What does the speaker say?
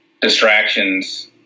distractions